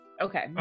okay